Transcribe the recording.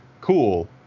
Cool